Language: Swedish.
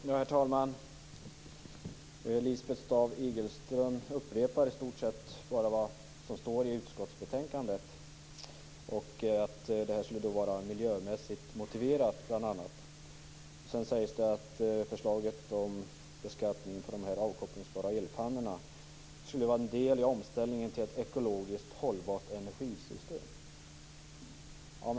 Herr talman! Lisbeth Staaf-Igelström upprepar i stort sett bara vad som står i utskottsbetänkandet, bl.a. att det här skulle vara miljömässigt motiverat. Hon säger också att förslaget om beskattningen på de avkopplingsbara elpannorna skulle vara en del i omställningen till ett ekologiskt hållbart energisystem.